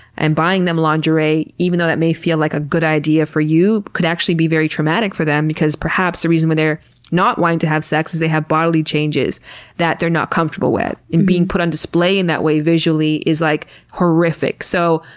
and buying them lingerie, even though that may feel like a good idea for you, could actually be very traumatic for them perhaps the reason why they're not wanting to have sex is they have bodily changes that they're not comfortable with, and being put on display in that way visually is like horrific. so,